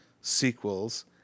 sequels